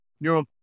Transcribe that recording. neural